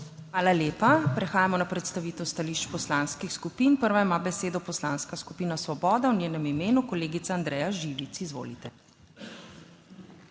Hvala lepa. Prehajamo na predstavitev stališč poslanskih skupin. Prva ima besedo Poslanska skupina Svoboda, v njenem imenu kolegica Andreja Živic, izvolite.